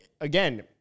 again